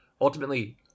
Ultimately